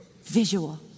visual